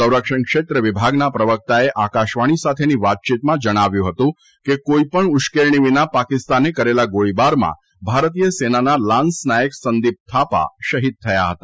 સંરક્ષણક્ષેત્ર વિભાગના પ્રવકતાએ આકાશવાણી સાથેની વાતચીતમાં જણાવ્યું હતું કે કોઇપણ ઉશ્કેરણી વિના પાકિસ્તાને કરેલા ગોળીબારમાં ભારતીય સેનાના લાન્સ નાયક સંદિપ થાપા શહીદ થયા હતા